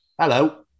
Hello